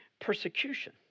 Persecution